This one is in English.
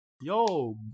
yo